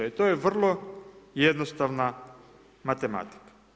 I to je vrlo jednostavna matematika.